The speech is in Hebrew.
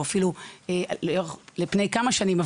הוא על פני כמה שנים,